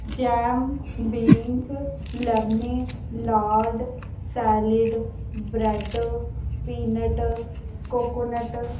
jam beans lemon lard salad bread peanut coconut